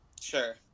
sure